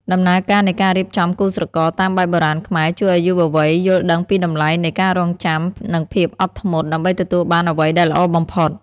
ដំណើរការនៃការរៀបចំគូស្រករតាមបែបបុរាណខ្មែរ ជួយឱ្យយុវវ័យយល់ដឹងពីតម្លៃនៃ "ការរង់ចាំ និងភាពអត់ធ្មត់" ដើម្បីទទួលបានអ្វីដែលល្អបំផុត។